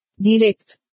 Direct